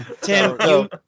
Tim